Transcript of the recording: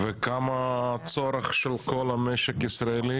וכמה צורך של כל המשק הישראלי?